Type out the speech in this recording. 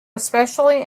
especially